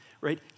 Right